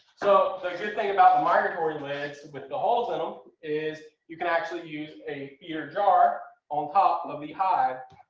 so the good thing about migratory lids with the holes in them is you can actually use a feeder jar on top of the hive.